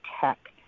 tech